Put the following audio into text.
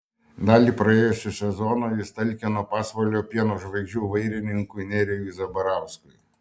dalį praėjusio sezono jis talkino pasvalio pieno žvaigždžių vairininkui nerijui zabarauskui